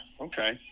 okay